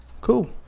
cool